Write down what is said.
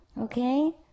Okay